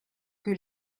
que